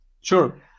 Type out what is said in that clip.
Sure